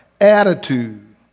attitude